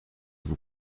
vous